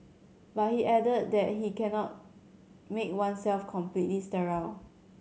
but he added that he cannot make oneself completely sterile